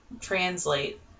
Translate